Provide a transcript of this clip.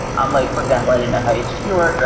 um like for example, i didn't know how http worked.